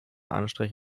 anstrich